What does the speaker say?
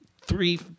three